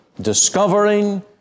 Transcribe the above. discovering